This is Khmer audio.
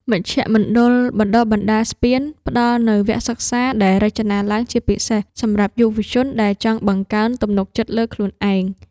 មជ្ឈមណ្ឌលបណ្ដុះបណ្ដាលស្ពាន ផ្ដល់នូវវគ្គសិក្សាដែលរចនាឡើងជាពិសេសសម្រាប់យុវជនដែលចង់បង្កើនទំនុកចិត្តលើខ្លួនឯង។